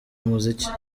muziki